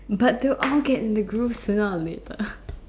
but they'll all get in the groove sooner or later